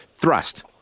thrust